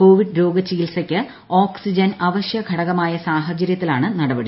Covid രോഗചികിത്സയ്ക്ക് oxygen ആവശ്യ ഘടകമായ സാഹചര്യത്തിലാണ് നടപടി